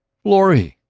florrie!